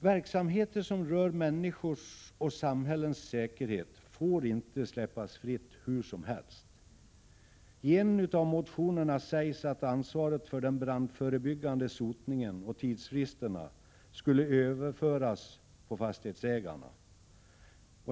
Verksamheter som rör människors och samhällens säkerhet får inte släppas fria hur som helst. I en av motionerna sägs att ansvaret för den brandförebyggande sotningen och tidsfristerna skulle överföras på fastighetsägarna.